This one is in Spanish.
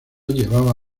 llevaba